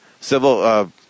civil